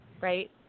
right